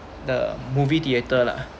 the movie theatre lah